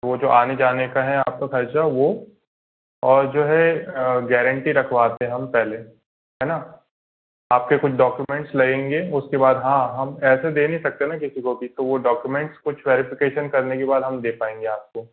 वो जो आने जाने का है आपका खर्चा वो और जो है गेरंटी रखवाते हैं हम पहले है ना आपके कुछ डॉक्यूमेंट्स लगेंगे उसके बाद हाँ हम ऐसे दे नहीं सकते ना किसी को भी तो वो डॉक्यूमेंट कुछ वेरिफिकेशन करने के बाद हम दे पाएंगे आपको